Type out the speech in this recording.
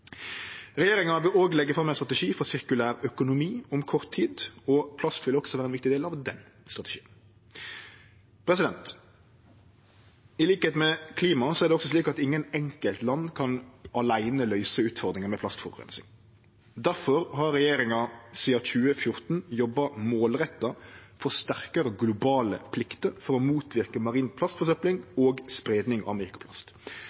Regjeringa vil også leggje fram ein strategi for sirkulær økonomi om kort tid, og plast vil også vere ein viktig del av den strategien. Til liks med klima er det slik at ingen enkeltland aleine kan løyse utfordringane med plastforureining. Difor har regjeringa sidan 2014 jobba målretta for sterkare globale plikter for å motverke marin plastforsøpling og spreiing av mikroplast.